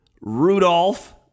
Rudolph